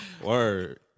Word